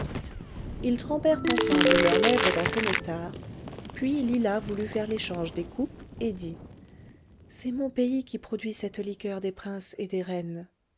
ils trempèrent ensemble leurs lèvres dans ce nectar puis lila voulut faire l'échange des coupes et dit c'est mon pays qui produit cette liqueur des princes et des reines